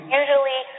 usually